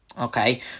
Okay